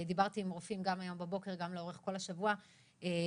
דיברתי עם רופאים גם הבוקר וגם לאורך כל השבוע והבנתי